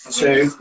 two